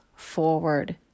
forward